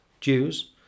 Jews